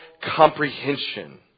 comprehension